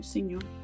Señor